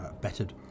bettered